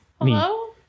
Hello